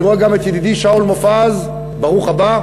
אני רואה גם את ידידי שאול מופז, ברוך הבא.